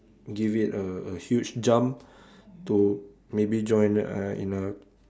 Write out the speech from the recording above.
give it a a huge jump to maybe join a in a